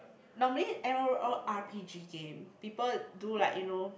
normally m_o_R_P_G game people do like you know